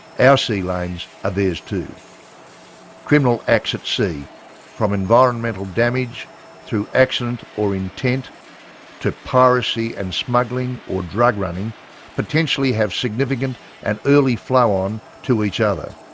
our sea lanes are theirs too. criminal acts at sea from environmental damage through accident or intent to piracy and smuggling or drug running potentially have significant and early flow on to each other.